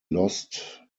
lost